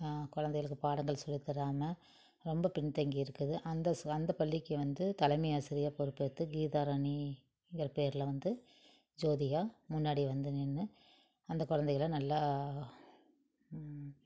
குலந்தைகளுக்கு பாடங்கள் சொல்லித் தராமல் ரொம்ப பின் தங்கி இருக்குது அந்த ஸ் அந்த பள்ளிக்கு வந்து தலைமை ஆசிரியராக பொறுப்பேற்று கீதாராணிங்கிற பேர்ல வந்து ஜோதிகா முன்னாடி வந்து நின்று அந்த குலந்தைகள நல்லா